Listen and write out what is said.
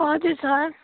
हजुर सर